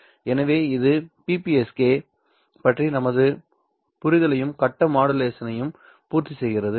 எனவே இது பிபிஎஸ்கே பற்றிய நமது புரிதலையும் கட்ட மாடுலேஷனையும் பூர்த்தி செய்கிறது